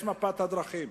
יש מפת הדרכים.